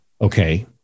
Okay